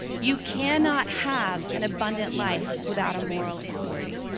you cannot have an abundant life without a moral authority.